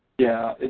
yeah.